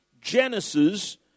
genesis